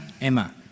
Emma